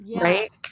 right